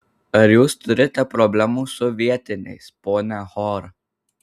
ar jūs turite problemų su vietiniais ponia hor